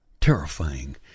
terrifying